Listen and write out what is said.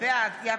בעד זאב